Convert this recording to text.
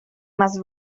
must